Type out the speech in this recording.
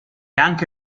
anche